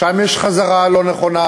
שם יש חזרה לא נכונה.